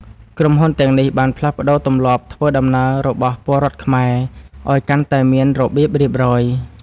ក្រុមហ៊ុនទាំងនេះបានផ្លាស់ប្តូរទម្លាប់ធ្វើដំណើររបស់ពលរដ្ឋខ្មែរ ឱ្យកាន់តែមានរបៀបរៀបរយ។